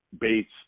Bates